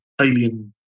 alien